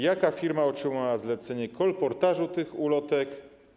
Jaka firma otrzymała zlecenie kolportażu tych ulotek?